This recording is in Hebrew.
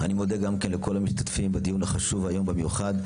אני מודה גם כן לכל המשתתפים בדיון החשוב היום במיוחד,